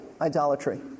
idolatry